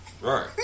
Right